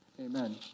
Amen